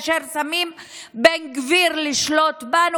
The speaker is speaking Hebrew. שמים את בן גביר לשלוט בנו,